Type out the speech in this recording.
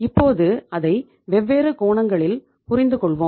இப்போது அதை வெவ்வேறு கோணங்களில் புரிந்துகொள்வோம்